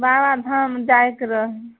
बाबा धाम जायके रहे